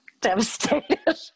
devastated